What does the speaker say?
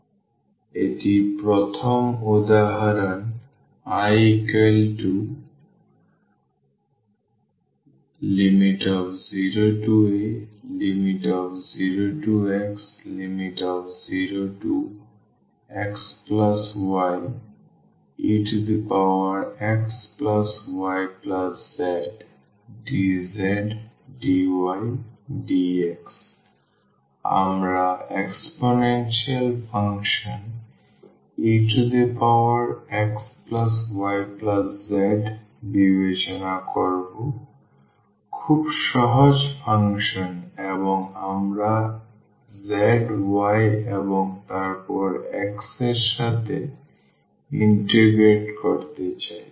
সুতরাং এটি প্রথম উদাহরণ I0a0x0xyexyzdzdydx আমরা এক্সপোনেন্সিয়াল ফাংশন exyz বিবেচনা করব খুব সহজ ফাংশন এবং আমরা z y এবং তারপর x এর সাথে ইন্টিগ্রেট করতে চাই